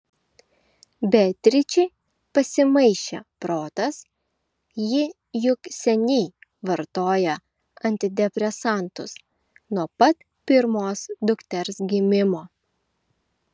beatričei pasimaišė protas ji juk seniai vartoja antidepresantus nuo pat pirmos dukters gimimo